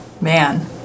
Man